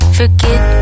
forget